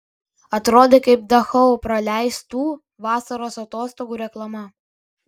atrodai kaip dachau praleistų vasaros atostogų reklama